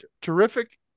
terrific